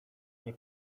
nie